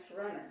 runner